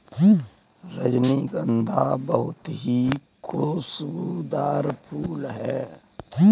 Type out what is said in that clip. रजनीगंधा बहुत ही खुशबूदार फूल होता है